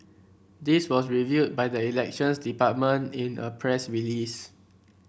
this was revealed by the Elections Department in a press release